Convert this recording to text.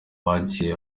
bagiye